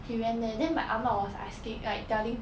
he went there then my ah ma was asking like telling